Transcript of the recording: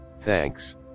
Thanks